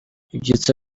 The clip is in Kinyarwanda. ibyitso